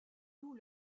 louent